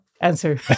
answer